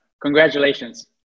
Congratulations